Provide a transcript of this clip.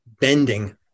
bending